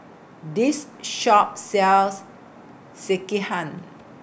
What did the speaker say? This Shop sells Sekihan